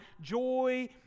joy